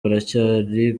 baracyari